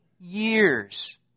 years